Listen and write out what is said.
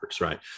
right